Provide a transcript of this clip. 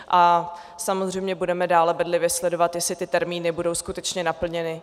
A samozřejmě budeme dále bedlivě sledovat, jestli ty termíny budou skutečně naplněny.